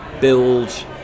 build